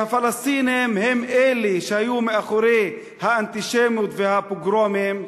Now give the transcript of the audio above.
והפלסטינים הם שהיו מאחורי האנטישמיות והפוגרומים,